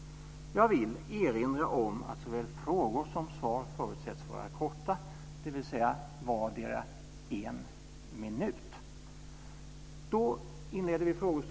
Jag vill erinra om att såväl frågor som svar förutsätts vara korta, dvs. vardera en minut.